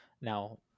now